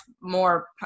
more